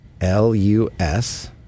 l-u-s